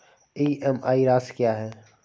EMI राशि क्या है?